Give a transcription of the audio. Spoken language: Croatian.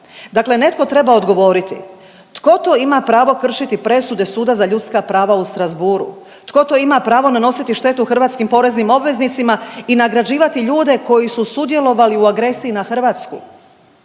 Dakle, netko treba odgovoriti tko to ima pravo kršiti presude Suda za ljudska prava u Strasbourgu? Tko to ima pravo nanositi štetu hrvatskim poreznim obveznicima i nagrađivati ljude koji su sudjelovali u agresiji na Hrvatsku?